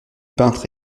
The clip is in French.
peintre